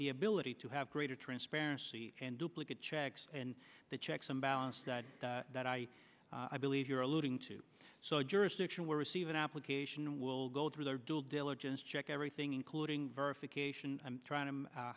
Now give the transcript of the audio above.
the ability to have greater transparency and duplicate checks and the checks and balances that i i believe you're alluding to so jurisdiction where receive an application will go through their due diligence check everything including verification i'm trying to